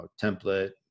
template